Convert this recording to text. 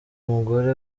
umugore